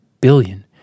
billion